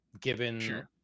given